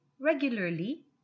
regularly